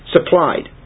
Supplied